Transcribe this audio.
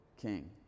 king